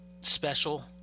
special